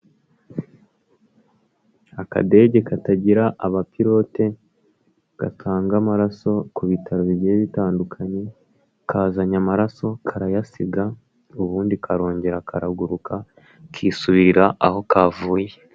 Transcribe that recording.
Akadege katagira abapilote, gatanga amaraso ku bitaro bigiye bitandukanye, kazanye amaraso, karayasiga, ubundi karongera karaguruka, kisubirira aho kavuye.